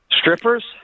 Strippers